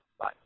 Bye